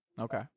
Okay